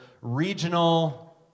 regional